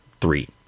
three